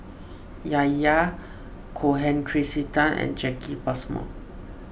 Yahya Cohen Tracey Tan and Jacki Passmore